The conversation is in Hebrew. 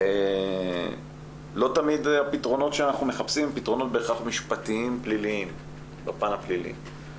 שלא תמיד הפתרונות שאנחנו מחפשים הם בהכרח פתרונות משפטיים בפן הפלילי.